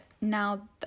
Now